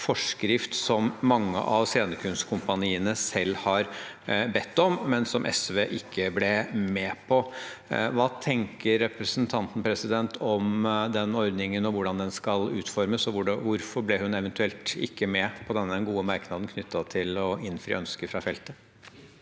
forskrift som mange av scenekunstkompaniene selv har bedt om, men som SV ikke ble med på. Hva tenker representanten om den ordningen og hvordan den skal utformes? Og hvorfor ble hun eventuelt ikke med på denne gode merknaden knyttet til å innfri ønsket fra feltet?